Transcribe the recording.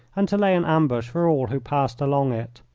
and to lay an ambush for all who passed along it.